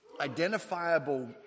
identifiable